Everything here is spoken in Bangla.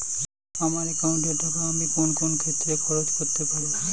আমার একাউন্ট এর টাকা আমি কোন কোন ক্ষেত্রে খরচ করতে পারি?